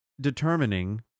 determining